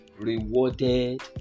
rewarded